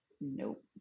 nope